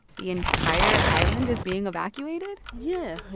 the entire island is being evacuated yeah, yeah.